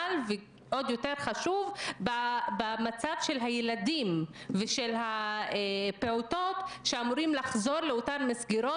אבל עוד יותר חשוב במצב של הילדים ושל הפעוטות שאמורים לחזור לאותן מסגרות